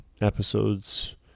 episodes